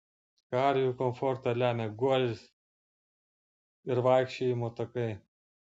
karvių komfortą lemia guolis ir vaikščiojimo takai